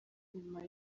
nyuma